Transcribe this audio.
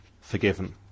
forgiven